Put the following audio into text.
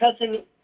cousin